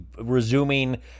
resuming